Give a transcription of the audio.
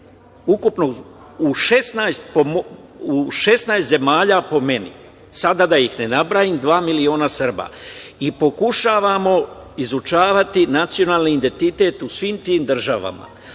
Ukupno u 16 zemalja, po meni, sada da ih ne nabrajam, dva miliona Srba. Pokušavamo izučavati nacionalni identitet u svim tim državama.